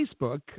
Facebook